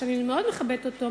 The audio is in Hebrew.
שאני מאוד מכבדת אותו,